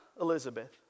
Elizabeth